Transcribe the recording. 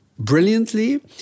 brilliantly